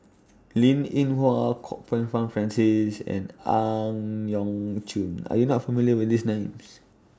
Linn in Hua Kwok Peng Kin Francis and Ang Yau Choon Are YOU not familiar with These Names